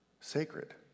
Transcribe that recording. sacred